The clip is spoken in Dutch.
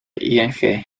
ing